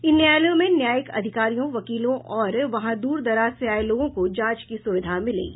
इन अस्पतालों में न्यायिक अधिकारियों वकीलों और वहां दूरदराज से आये लोगों को जांच की सुविधा मिलेगी